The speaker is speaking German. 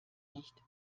nicht